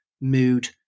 mood